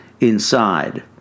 inside